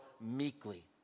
meekly